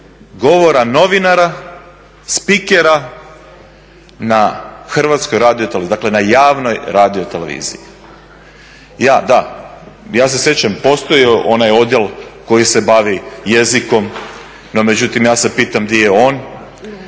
govora novinara, spikera na HRT-u dakle na javnoj radioteleviziji. Da, ja se sjećam postoji onaj odjel koji se bavi jezikom, no međutim pitam se gdje je